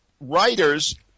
writers